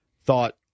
thought